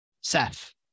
seth